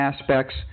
aspects